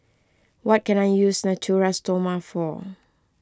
what can I use Natura Stoma for